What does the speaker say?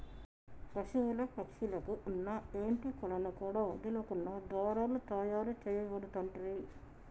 పశువుల పక్షుల కు వున్న ఏంటి కలను కూడా వదులకుండా దారాలు తాయారు చేయబడుతంటిరి